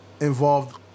involved